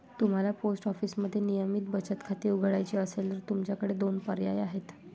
तुम्हाला पोस्ट ऑफिसमध्ये नियमित बचत खाते उघडायचे असेल तर तुमच्याकडे दोन पर्याय आहेत